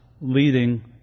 leading